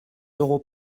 euros